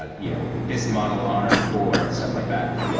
ah you know this model, arm core stuff like that.